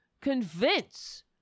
convince